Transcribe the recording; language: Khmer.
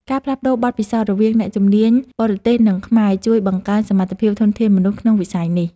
ការផ្លាស់ប្តូរបទពិសោធន៍រវាងអ្នកជំនាញបរទេសនិងខ្មែរ ជួយបង្កើនសមត្ថភាពធនធានមនុស្សក្នុងវិស័យនេះ។